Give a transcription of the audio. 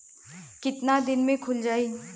कितना दिन में खुल जाई?